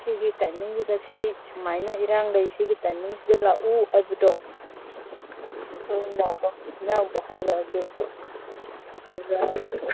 ꯁꯤꯒꯤ ꯇꯥꯏꯃꯤꯡꯁꯤꯗ ꯁꯤ ꯁꯨꯃꯥꯏꯅ ꯏꯔꯥꯡ ꯂꯩ ꯁꯤꯒꯤ ꯇꯥꯏꯃꯤꯡꯁꯤꯗ ꯂꯥꯛꯎ ꯍꯥꯏꯕꯗꯣ ꯈꯪꯅ ꯀꯣ ꯏꯅꯥꯎꯗ ꯍꯥꯏꯔꯛꯑꯒꯦ ꯑꯗꯨꯒ